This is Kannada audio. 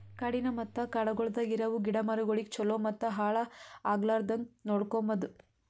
ಕಾಡಿನ ಮತ್ತ ಕಾಡಗೊಳ್ದಾಗ್ ಇರವು ಗಿಡ ಮರಗೊಳಿಗ್ ಛಲೋ ಮತ್ತ ಹಾಳ ಆಗ್ಲಾರ್ದಂಗ್ ನೋಡ್ಕೋಮದ್